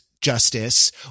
justice